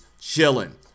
chilling